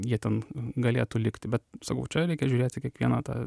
jie ten galėtų likti bet sakau čia reikia žiūrėt į kiekvieną tą